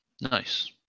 Nice